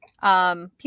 People